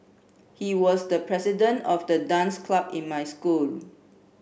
he was the president of the dance club in my school